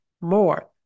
more